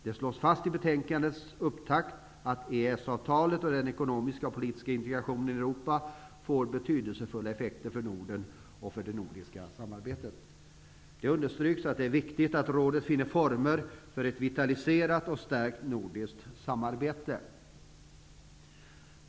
Det slås fast i betänkandets upptakt att EES-avtalet och den ekonomiska och politiska integrationen i Europa får betydelsefulla effekter för Norden och det nordiska samarbetet. Det understryks att det är viktigt att rådet finner former för ett vitaliserat och stärkt nordiskt samarbete.